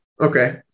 Okay